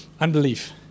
Unbelief